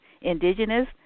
indigenous